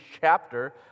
chapter